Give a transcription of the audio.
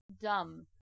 dumb